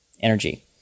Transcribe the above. energy